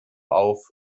auf